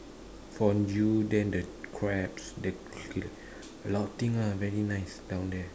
fondue then the crabs the a a lot of things lah very nice down there